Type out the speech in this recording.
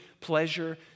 pleasure